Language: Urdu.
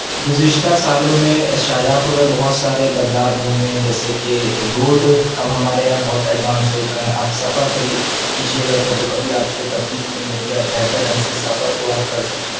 گزشتہ سالوں میں شاہ جہاں پور میں بہت سارے بدلاؤ ہوئے ہیں جیسے کہ روڈ اب ہمارے یہاں بہت ایڈوانس ہو گئے ہیں اب سفر کریے کیجیے گا تو کبھی آپ کو تکلیف نہیں ہوگی اب بہتر ڈھنگ سے سفر کو آپ کر سکتے ہیں